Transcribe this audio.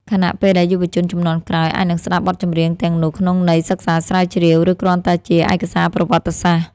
ខណៈពេលដែលយុវជនជំនាន់ក្រោយអាចនឹងស្តាប់បទចម្រៀងទាំងនោះក្នុងន័យសិក្សាស្រាវជ្រាវ ឬគ្រាន់តែជាឯកសារប្រវត្តិសាស្ត្រ។